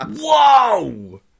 Whoa